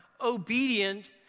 obedient